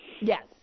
Yes